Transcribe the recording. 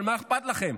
אבל מה אכפת לכם.